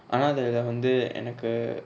ஆனா அதுல வந்து எனக்கு:aana athula vanthu enaku